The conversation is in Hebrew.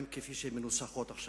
או של אירופה כפי שהן מנוסחות עכשיו.